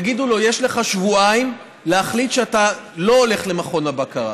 יגידו לו: יש לך שבועיים להחליט שאתה לא הולך למכון הבקרה,